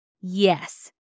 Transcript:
Yes